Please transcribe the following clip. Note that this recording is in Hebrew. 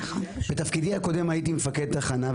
בתפקידי הקודם הייתי מפקד תחנה,